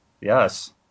yes